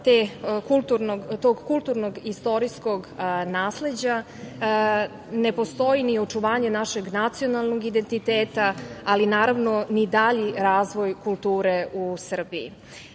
tog kulturnog istorijskog nasleđa, ne postoji ni očuvanje našeg nacionalnog identiteta, ali naravno ni dalji razvoj kulture u Srbiji.